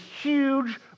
huge